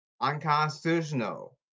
Unconstitutional